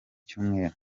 cyumweru